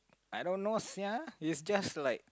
I don't know sia it's just like